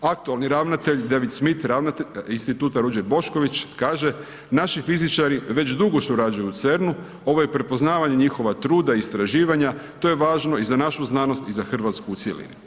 Aktualni ravnatelj David Smith, Instituta Ruđer Bošković kaže naši fizičari već dugo surađuju u CERN-u, ovo je prepoznavanje njihova truda i istraživanja, to je važno i za našu znanosti i za Hrvatsku u cjelini.